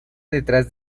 detrás